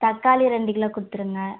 தக்காளி ரெண்டு கிலோ கொடுத்துருங்க